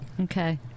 Okay